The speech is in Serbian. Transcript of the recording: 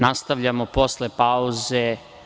Nastavljamo posle pauze.